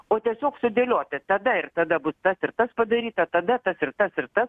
o tiesiog sudėlioti tada ir tada bus tas padaryta tada tas ir tas ir tas